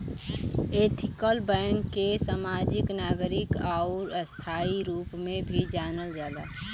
ethical bank के समाजिक, नागरिक आउर स्थायी रूप में भी जानल जाला